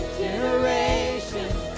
generations